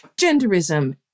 genderism